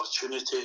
opportunity